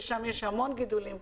ששם יש המון גידולים,